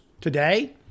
Today